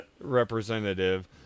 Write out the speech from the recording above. representative